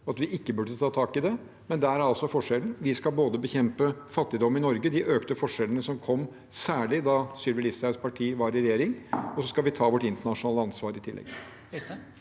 og at vi ikke burde ta tak i det, men der er altså forskjellen: Vi skal bekjempe både fattigdom i Norge og de økte forskjellene som kom særlig da Sylvi Listhaugs parti var i regjering, og så skal vi ta vårt internasjonale ansvar i tillegg.